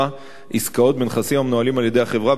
עסקאות בנכסים המנוהלים על-ידי החברה,